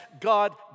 God